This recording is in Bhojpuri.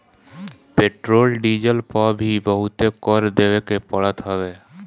पेट्रोल डीजल पअ भी बहुते कर देवे के पड़त हवे